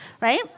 right